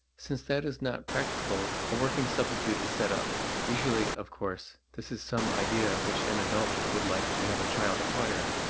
since that is not practicable, a working substitute is set up. usually, of course, this is some idea which an adult would like to have a child acquire.